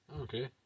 okay